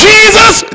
Jesus